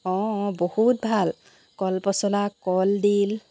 অঁ অঁ বহুত ভাল কলপচলা কলডিল